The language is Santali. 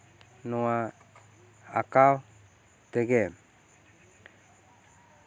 ᱱᱚᱶᱟ ᱟᱸᱠᱟᱣ ᱛᱮᱜᱮ